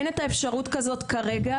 אין את האפשרות הזאת כרגע,